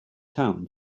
town